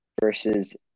versus